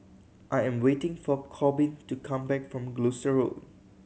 I am waiting for Corbin to come back from Road